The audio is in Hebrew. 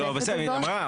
לא, בסדר, היא אמרה.